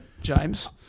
James